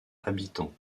habitants